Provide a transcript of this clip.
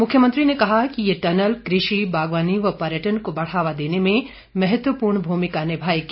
मुख्यमंत्री ने कहा कि ये टनल कृषि बागवानी व पर्यटन को बढ़ावा देने में महत्वपूर्ण भूमिका निभाएगी